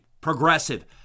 progressive